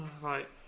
right